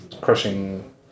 crushing